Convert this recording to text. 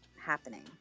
happening